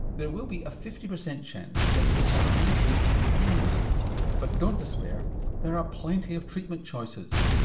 there will be a fifty percent chance that you'll have knee aches and pains but don't despair there are plenty of treatment choices,